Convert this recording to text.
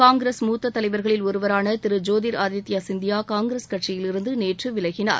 காங்கிரஸ் மூத்தத் தலைவர்களில் ஒருவரான திரு ஜோதிர் ஆதித்ய சிந்தியா காங்கிரஸ் கட்சியிலிருந்து நேற்று விலகினார்